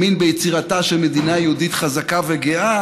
האמין ביצירתה של מדינה יהודית חזקה וגאה